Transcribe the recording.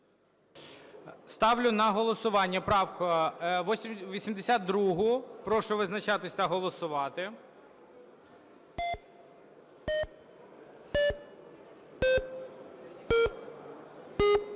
Ставлю на голосування 3081. Прошу визначатись та голосувати.